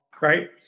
right